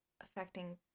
affecting